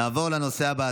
נעבור לנושא הבא,